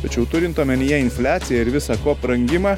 tačiau turint omenyje infliaciją ir visa ko brangimą